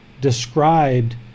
described